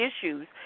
issues